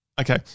Okay